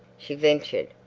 she ventured,